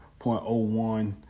0.01%